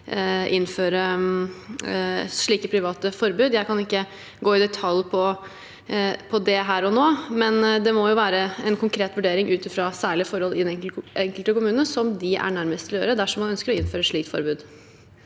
innføre slike private forbud. Jeg kan ikke gå i detalj om det her og nå, men det må være en konkret vurdering ut fra særlige forhold i de enkelte kommunene som de er de nærmeste til å ta dersom man ønsker å innføre et slikt forbud.